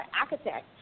architect